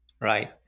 Right